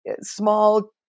small